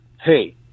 hey